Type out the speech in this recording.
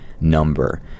number